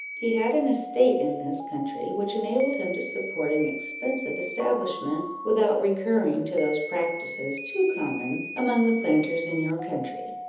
he had an estate in this country, which enabled him to support an expensive establishment, without recurring to those practices too common among the planters in your country.